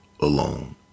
alone